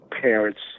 parents